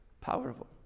Powerful